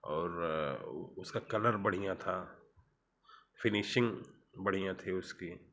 और उसका कलर बढ़िया था फिनिशिंग बढ़िया थी उसकी